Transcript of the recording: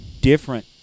different